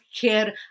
care